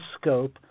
scope